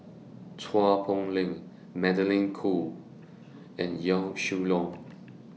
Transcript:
Chua Poh Leng Magdalene Khoo and Yaw Shin Leong